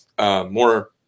more